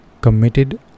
committed